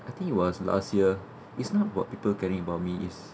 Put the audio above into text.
I think it was last year it's not what people caring about me is